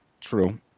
True